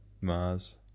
Mars